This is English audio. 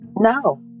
No